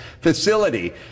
facility